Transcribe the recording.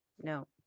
no